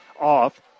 off